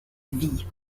vie